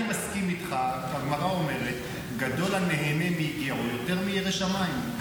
אני מסכים איתך שהגמרא אומרת "גדול הנהנה מיגיע כפיו יותר מירא שמיים".